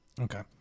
Okay